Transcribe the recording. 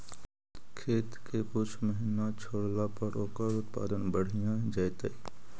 खेत के कुछ महिना छोड़ला पर ओकर उत्पादन बढ़िया जैतइ?